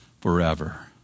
forever